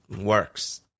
works